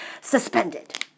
suspended